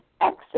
exit